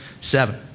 seven